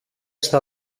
στα